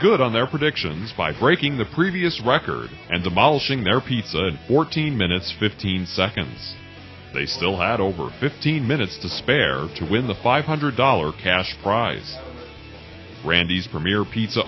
good on their predictions by breaking the previous record and demolishing their piece forty minutes fifteen seconds they still had over fifteen minutes to spare to win the five hundred dollars cash prize brandy's premier pizza